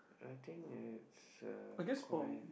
I think it's uh quite